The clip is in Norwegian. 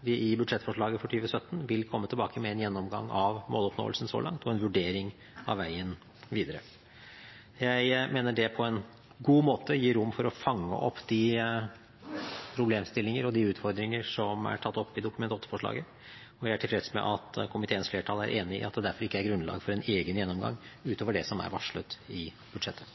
vi i budsjettforslaget for 2017 vil komme tilbake med en gjennomgang av måloppnåelsen så langt og en vurdering av veien videre. Jeg mener det på en god måte gir rom for å fange opp de problemstillinger og de utfordringer som er tatt opp i Dokument 8-forslaget. Jeg er tilfreds med at komiteens flertall er enig i at det derfor ikke er grunnlag for en egen gjennomgang utover det som er varslet i budsjettet.